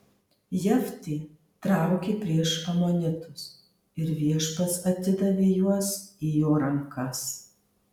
jeftė traukė prieš amonitus ir viešpats atidavė juos į jo rankas